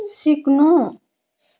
सिक्नु